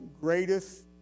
greatest